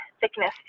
thickness